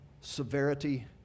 severity